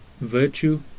virtue